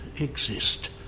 exist